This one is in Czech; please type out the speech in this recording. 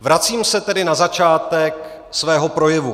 Vracím se tedy na začátek svého projevu.